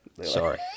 sorry